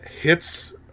hits